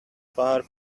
far